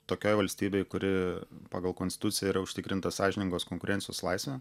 tokioj valstybėj kuri pagal konstituciją yra užtikrinta sąžiningos konkurencijos laisvė